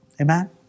Amen